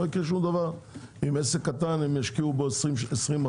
לא יקרה שום דבר אם עסק קטן ישקיעו בו 20%